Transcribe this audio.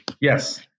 Yes